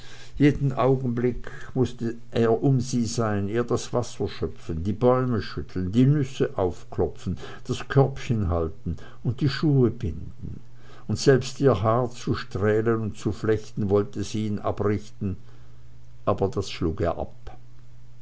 jeden augenblick mußte er um sie sein ihr das wasser schöpfen die bäume schütteln die nüsse aufklopfen das körbchen halten und die schuhe binden und selbst ihr das haar zu strählen und zu flechten wollte sie ihn abrichten aber das schlug er ab